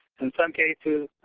in some cases,